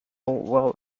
well